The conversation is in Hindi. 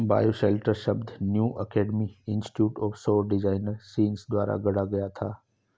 बायोशेल्टर शब्द न्यू अल्केमी इंस्टीट्यूट और सौर डिजाइनर सीन द्वारा गढ़ा गया था